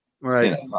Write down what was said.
Right